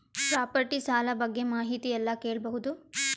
Property ಸಾಲ ಬಗ್ಗೆ ಮಾಹಿತಿ ಎಲ್ಲ ಕೇಳಬಹುದು?